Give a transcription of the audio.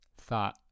Thought